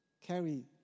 carry